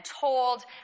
told